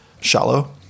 shallow